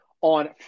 on